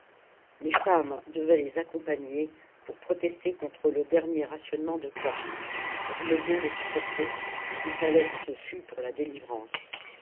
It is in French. les femmes devaient les accompagner pour protester contre le dernier rationnement du pain on voulait bien le supporter mais il fallait que ce fût pour la délivrance